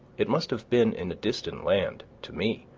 it must have been in a distant land to me.